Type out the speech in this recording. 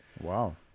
Wow